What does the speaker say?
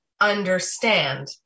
understand